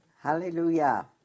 Hallelujah